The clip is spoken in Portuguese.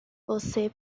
você